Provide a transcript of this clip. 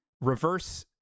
reverse